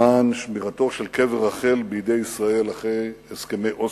למען שמירתו של קבר רחל בידי ישראל אחרי הסכמי אוסלו.